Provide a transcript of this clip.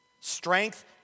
Strength